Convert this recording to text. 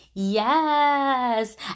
Yes